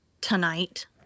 tonight